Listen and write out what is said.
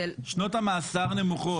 שנות המאסר נמוכות.